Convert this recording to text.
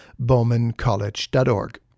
bowmancollege.org